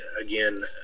again